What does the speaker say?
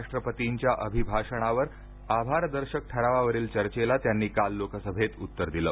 राष्ट्रपतींच्या अभिभाषणावर आभारदर्शक ठरावावरील चर्चेला त्यांनी काल लोकसभेत उत्तर दिलं